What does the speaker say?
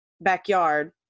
backyard